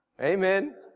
Amen